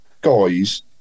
guys